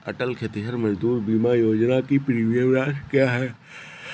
अटल खेतिहर मजदूर बीमा योजना की प्रीमियम राशि क्या है?